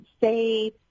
safe